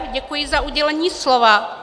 Děkuji za udělení slova.